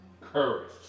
courage